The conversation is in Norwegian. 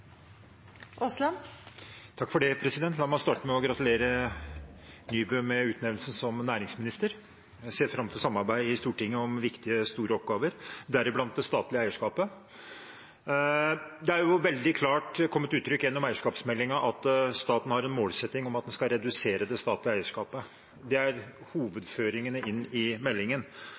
La meg starte med å gratulere Iselin Nybø med utnevnelsen til næringsminister. Jeg ser fram til samarbeid i Stortinget om viktige, store oppgaver, deriblant det statlige eierskapet. Det er kommet veldig klart til uttrykk gjennom eierskapsmeldingen at staten har en målsetting om at en skal redusere det statlige eierskapet. Det er hovedføringene i meldingen,